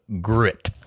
grit